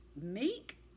Meek